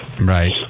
right